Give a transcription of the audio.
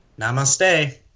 Namaste